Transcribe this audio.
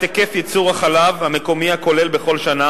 היקף ייצור החלב המקומי הכולל בכל שנה.